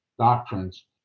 doctrines